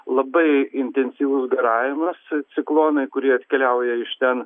labai intensyvus garavimas ciklonai kurie atkeliauja iš ten